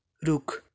रुख